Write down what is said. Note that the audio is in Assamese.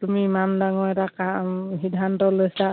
তুমি ইমান ডাঙৰ এটা কাম সিদ্ধান্ত লৈছা